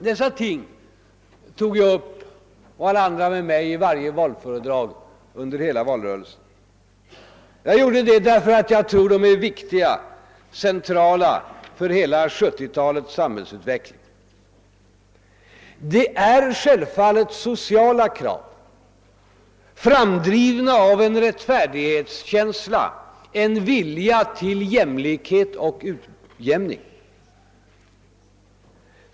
Dessa ting tog jag och alla andra med mig upp i varje valföredrag i hela valrörelsen. Jag gjorde det därför att jag tror de är viktiga och centrala för 1970 talets hela samhällsutveckling. Det gäller sociala krav, framdrivna av en rättfärdighetskänsla och en vilja till jämlikhet och utjämning.